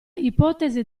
ipotesi